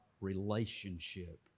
relationship